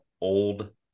old